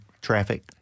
traffic